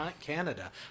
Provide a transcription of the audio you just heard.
Canada